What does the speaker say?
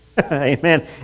Amen